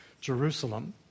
Jerusalem